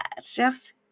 chef's